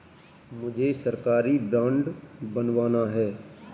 मुझे सरकारी बॉन्ड बनवाना है